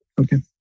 Okay